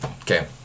okay